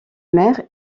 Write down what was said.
maire